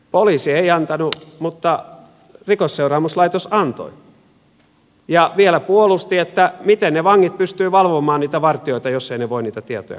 poliisi ei antanut mutta rikosseuraamuslaitos antoi ja vielä puolusti että miten ne vangit pystyvät valvomaan niitä vartijoita jos eivät he voi niitä tietoja katsoa